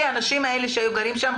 האנשים שגרים שם,